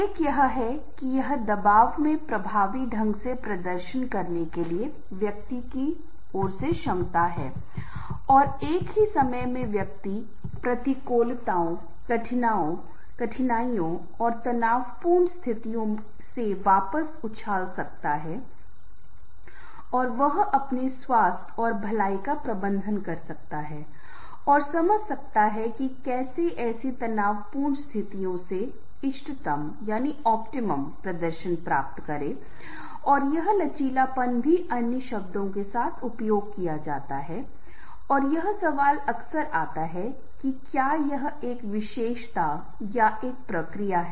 एक यह है कि यह दबाव में प्रभावी ढंग से प्रदर्शन करने के लिए व्यक्ति की ओर से क्षमता है और एक ही समय में व्यक्ति प्रतिकूलताओं कठिनाइयों और तनावपूर्ण स्थितियों से वापस उछाल सकता है और वह अपने स्वास्थ्य और भलाई का प्रबंधन कर सकता है और समझ सकता है कि कैसे ऐसी तनावपूर्ण स्थितियों में इष्टतम प्रदर्शन प्राप्त करें और यह लचीलापन भी अन्य शब्दों के साथ उपयोग किया जाता है और यह सवाल अक्सर आता है कि क्या यह एक विशेषता या एक प्रक्रिया है